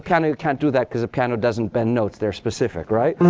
kind of you can't do that. because a piano doesn't bend notes. they're specific, right?